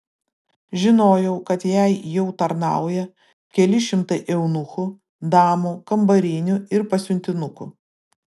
žinojau kad jai jau tarnauja keli šimtai eunuchų damų kambarinių ir pasiuntinukų